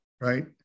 right